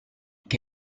che